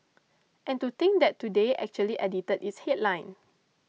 and to think that Today actually edited its headline